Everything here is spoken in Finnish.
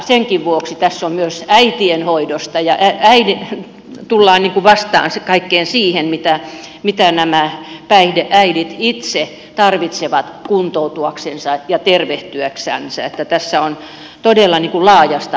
senkin vuoksi tässä on myös äitien hoidosta ja tullaan vastaan kaikkeen siihen mitä nämä päihdeäidit itse tarvitsevat kuntoutuaksensa ja tervehtyäksensä joten tässä on todella nikula josta